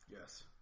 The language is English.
Yes